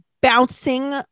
bouncing